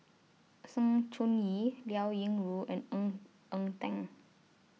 Sng Choon Yee Liao Yingru and Ng Eng Teng